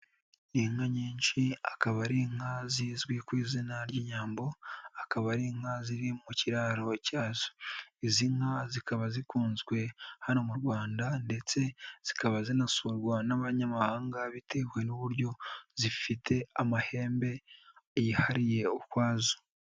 Inka nyinshi, akaba ari inka zizwi ku izina ry'inyambo, akaba ari inka ziri mu kiraro cyazo, izi nka zikaba zikunzwe hano mu Rwanda ndetse zikaba zisurwa n'abanyamahanga bitewe n'uburyo zifite amahembe yihariye ukwazo.